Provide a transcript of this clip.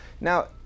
Now